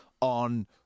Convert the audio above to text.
on